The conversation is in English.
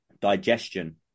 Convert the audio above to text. Digestion